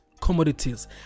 commodities